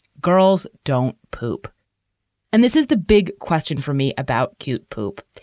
girls don't poop and this is the big question for me about cute poop.